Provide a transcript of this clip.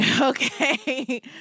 Okay